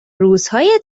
روزهای